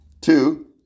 Two